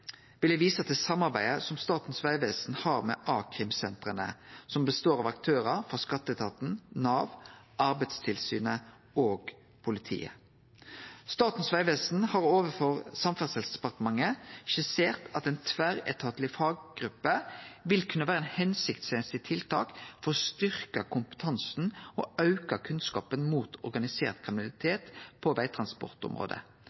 Eg vil vise til samarbeidet som Statens vegvesen har med a-krimsentera, som består av aktørar frå skatteetaten, Nav, Arbeidstilsynet og politiet. Statens vegvesen har overfor Samferdselsdepartementet skissert at ei tverretatleg faggruppe vil kunne vere eit hensiktsmessig tiltak for å styrkje kompetansen og auke kunnskapen om organisert